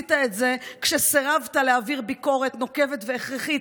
עשית את זה כשסירבת להעביר ביקורת נוקבת והכרחית